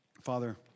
Father